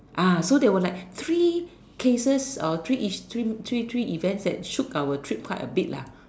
ah so there were like three cases or three iss~ three three three events that shook our trip quite a bit lah